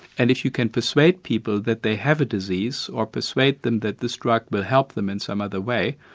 and if you can persuade people that they have a disease, or persuade them that this drug will help them in some other way,